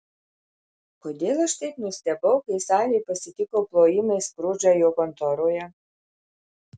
kodėl aš taip nustebau kai salė pasitiko plojimais skrudžą jo kontoroje